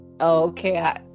Okay